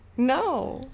No